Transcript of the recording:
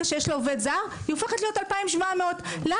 שיש לו עובד זר היא הופכת להיות 2,700 ₪.